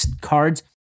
cards